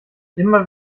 immer